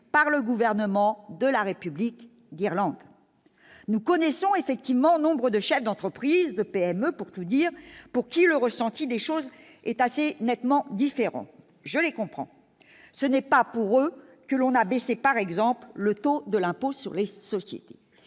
par le gouvernement de la République d'Irlande, nous connaissons effectivement nombre de chefs d'entreprise de PME, pour tout dire, pour qui le ressenti des choses est assez nettement différente, je les comprends, ce n'est pas pour eux que l'on a baissé, par exemple, le taux de l'impôt sur les sociétés,